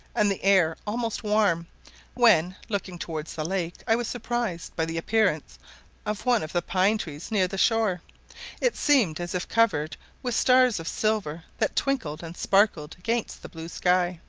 and the air almost warm when, looking towards the lake, i was surprised by the appearance of one of the pine-trees near the shore it seemed as if covered with stars of silver that twinkled and sparkled against the blue sky.